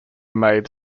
made